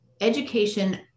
education